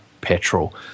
petrol